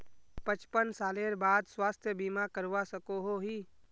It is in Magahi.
पचपन सालेर बाद स्वास्थ्य बीमा करवा सकोहो ही?